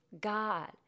God